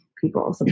people